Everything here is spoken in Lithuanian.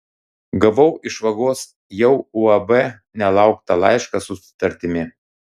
gavau iš vagos jau uab nelauktą laišką su sutartimi